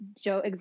Joe